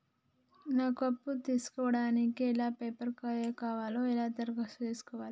నాకు అప్పు తీసుకోవడానికి ఏ పేపర్లు కావాలి ఎలా దరఖాస్తు చేసుకోవాలి?